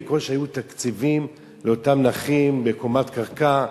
בקושי היו תקציבים לאותם נכים בקומת קרקע,